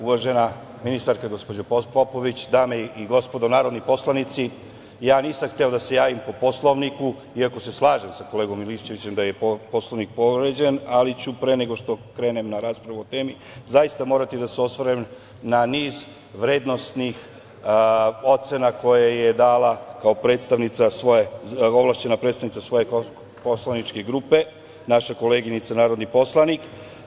Uvažena ministarka, gospođo Popović, dame i gospodo narodni poslanici, nisam hteo da se javim po Poslovniku, iako se slažem sa kolegom Milićevićem da je Poslovnik povređen, ali ću pre nego što krenem na raspravu o temi zaista morati da se osvrnem na niz vrednosnih ocena koje je dala kao ovlašćena predstavnica svoje poslaničke grupe naša koleginica narodni poslanik.